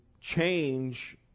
change